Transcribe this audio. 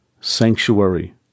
sanctuary